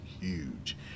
huge